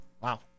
Wow